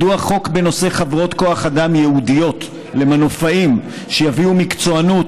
מדוע חוק בנושא חברות כוח אדם ייעודיות למנופאים שיביאו מקצוענות,